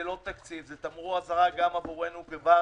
זה לא תקציב, זה תמרור אזהרה גם עבורנו כוועדה.